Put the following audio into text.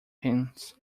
pins